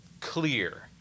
clear